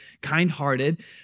kind-hearted